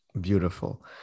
beautiful